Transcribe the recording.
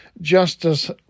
justice